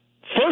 First